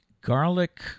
garlic